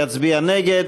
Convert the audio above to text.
יצביע נגד.